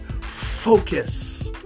Focus